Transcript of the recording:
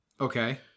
okay